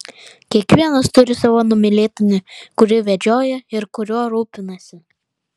kiekvienas turi savo numylėtinį kurį vedžioja ir kuriuo rūpinasi